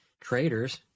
traders